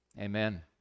amen